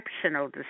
exceptional